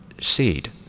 seed